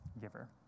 giver